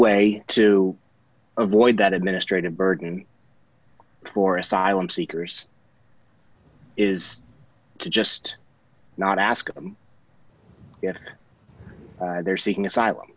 way to avoid that administrative burden for asylum seekers is to just not ask them you know they're seeking asylum